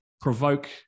provoke